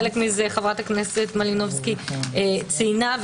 ואת חלקן חברת הכנסת מלינובסקי ציינה,